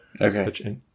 Okay